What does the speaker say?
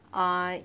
I